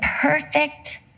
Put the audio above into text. perfect